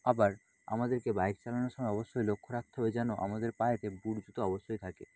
আবার আমাদেরকে বাইক চালানোর সময় অবশ্যই লক্ষ্য রাখতে হবে যেন আমাদের পায়েতে বুট জুতা অবশ্যই থাকে